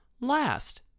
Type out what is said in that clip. last